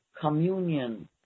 communion